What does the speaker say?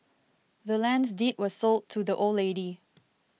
the land's deed was sold to the old lady